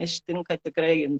ištinka tikrai